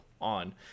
on